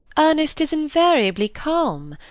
ernest is invariably calm.